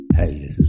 Hey